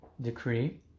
decree